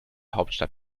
hauptstadt